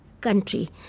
country